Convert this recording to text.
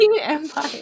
Empire